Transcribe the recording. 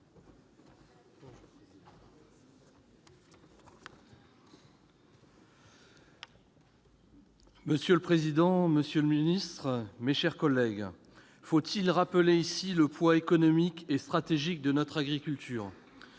Monsieur le président, monsieur le ministre, mes chers collègues, faut-il rappeler ici le poids économique et stratégique de notre agriculture ?